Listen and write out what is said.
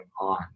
on